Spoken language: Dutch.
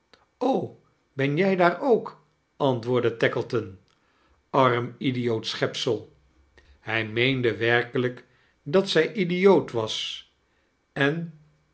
ben jij daar ook antwoordde tackleton arm idioot sohepsel hij meende werkelijk dat zij idioot was en